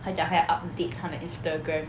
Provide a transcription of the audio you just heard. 他讲他要 update 他的 Instagram